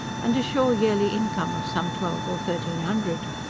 and a sure yearly income of some twelve or thirteen hundred.